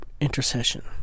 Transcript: intercession